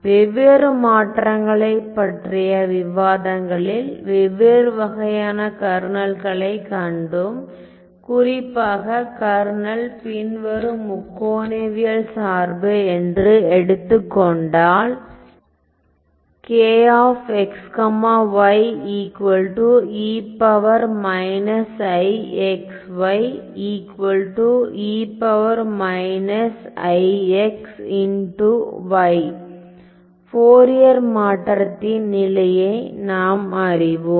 வெவ்வேறு மாற்றங்களைப் பற்றிய விவாதங்களில் வெவ்வேறு வகையான கர்னல்களைக் கண்டோம் குறிப்பாக கர்னல் பின்வரும் முக்கோணவியல் சார்பு என்று எடுத்துக்கொண்டால் ஃபோரியர் மாற்றத்தின் நிலையை நாம் அறிவோம்